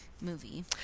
movie